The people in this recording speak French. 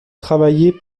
travaillé